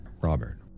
Robert